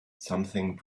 something